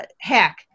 hack